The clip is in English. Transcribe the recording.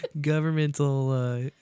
Governmental